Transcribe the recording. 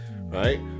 right